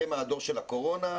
אתם הדור של הקורונה,